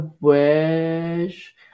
wish